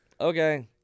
Okay